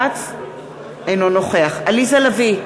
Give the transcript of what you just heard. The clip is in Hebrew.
אינו נוכח עליזה לביא,